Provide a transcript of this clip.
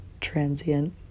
transient